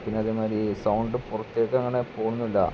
പിന്നതേമാതിരി sound പുറത്തേക്കങ്ങനെ പോകുന്നുമില്ല